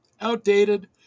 outdated